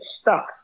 stuck